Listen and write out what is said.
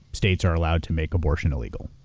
states are allowed to make abortion illegal,